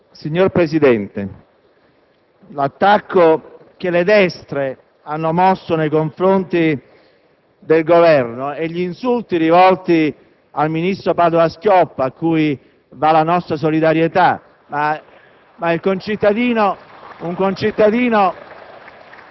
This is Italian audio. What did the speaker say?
Noi vorremmo evitare che il Governo continuasse nella linea di incostituzionale comportamento nei confronti di tutte le istituzioni autonome. Credo che non chiediamo troppo. Capisco che Padoa-Schioppa possa non capire queste argomentazioni di ordine costituzionale: venga un Ministro che possa capire di questi argomenti e ne parleremo tranquillamente. *(Applausi dai Gruppi